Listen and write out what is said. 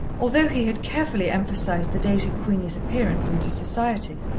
although he had carefully emphasized the date of queenie's appearance into society.